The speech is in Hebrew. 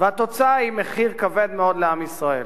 והתוצאה היא מחיר כבד מאוד לעם ישראל.